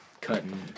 cutting